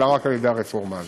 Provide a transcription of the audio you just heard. אלא רק באמצעות הרפורמה הזאת.